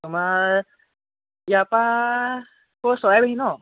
তোমাৰ ইয়াৰ পৰা ক'ৰ চৰাইবাহী ন